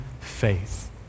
faith